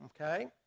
Okay